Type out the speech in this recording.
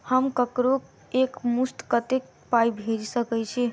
हम ककरो एक मुस्त कत्तेक पाई भेजि सकय छी?